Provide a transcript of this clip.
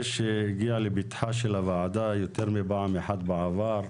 שהגיע לפתחה של הוועדה יותר מפעם אחת בעבר,